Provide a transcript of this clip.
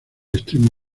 extremo